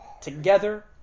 together